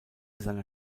seiner